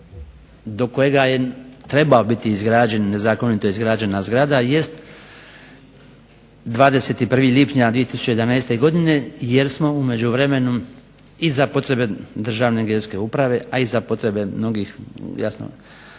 do kojega je trebala biti izrađena zakonito izgrađena zgrada, jest 21. lipnja 2011. godine jer smo u međuvremenu i za potrebe Državne geodetske uprave, a i za potrebe mnogih jasno